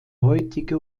heutige